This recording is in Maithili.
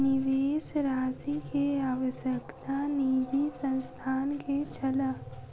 निवेश राशि के आवश्यकता निजी संस्थान के छल